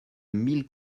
mille